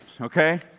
okay